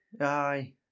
aye